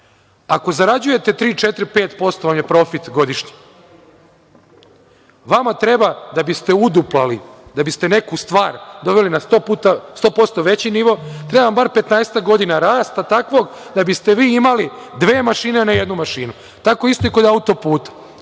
Ako zarađujete 3, 4, 5% vam je profit godišnje. Vama treba, da biste uduplali, da biste neku stvar doveli na 100% veći nivo, treba vam bar petnaestak godina rasta takvog da biste vi imali dve mašine na jednu mašinu. Tako isto i kod auto-puta.